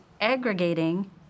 aggregating